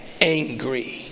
angry